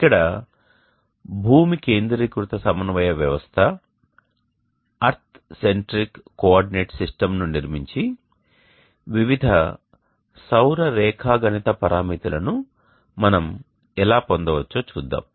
ఇక్కడ భూమి కేంద్రీకృత సమన్వయ వ్యవస్థ ను నిర్మించి వివిధ సౌర రేఖాగణిత పరామితులను మనం ఎలా పొందవచ్చో చూద్దాం